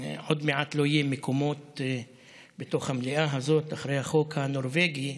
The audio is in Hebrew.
עוד מעט לא יהיו מקומות בתוך המליאה הזאת אחרי החוק הנורבגי,